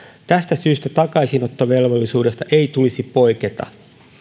tästä syystä takaisinottovelvollisuudesta ei tulisi poiketa